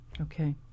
Okay